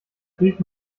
brief